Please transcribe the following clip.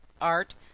art